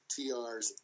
TRs